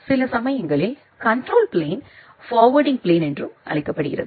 சில சமயங்களில் control plane forwarding plane என்றும் அழைக்கப்படுகிறது